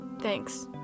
thanks